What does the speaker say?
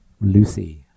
Lucy